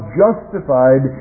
justified